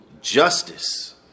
justice